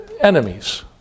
enemies